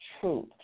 truth